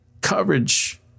coverage